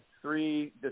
three